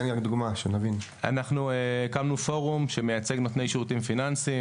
אנחנו הקמנו פורום שמייצג נותני שירותים פיננסיים